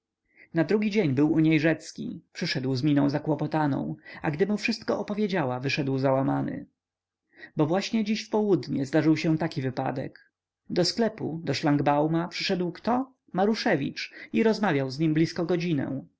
na drugi dzień był u niej rzecki przyszedł z miną zakłopotaną a gdy mu wszystko opowiedziała wyszedł złamany bo właśnie dziś w południe zdarzył mu się taki wypadek do sklepu do szlangbauma przyszedł kto maruszewicz i rozmawiał z nim blisko godzinę